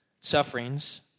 Sufferings